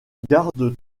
garde